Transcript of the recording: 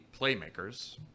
playmakers